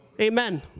Amen